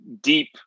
deep